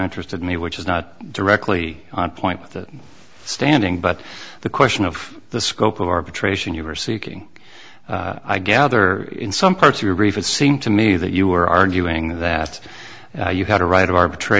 interested me which is not directly on point with the standing but the question of the scope of arbitration you were seeking i gather in some parts of your brief it seemed to me that you were arguing that you had a right of arbitra